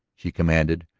she commanded,